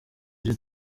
iri